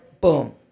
boom